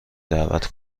دعوت